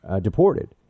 deported